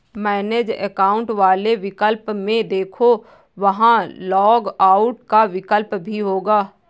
manage account वाले विकल्प में देखो, वहां लॉग आउट का विकल्प भी होगा